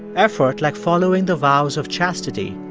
effort like following the vows of chastity,